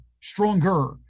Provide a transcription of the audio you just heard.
stronger